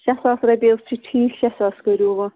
شیٚے ساس رۄپیہِ حظ چھُ ٹھیٖک شیٚے ساس کٔرِو اَتھ